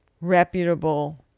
reputable